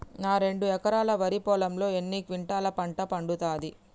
నా రెండు ఎకరాల వరి పొలంలో ఎన్ని క్వింటాలా పంట పండుతది?